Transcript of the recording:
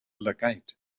lygaid